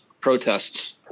protests